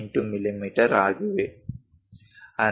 18 millimetre ಆಗಿವೆ